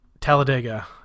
talladega